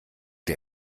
der